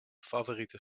favoriete